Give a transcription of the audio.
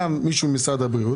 גם מישהו ממשרד הבריאות.